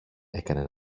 έκανε